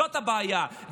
זאת הבעיה.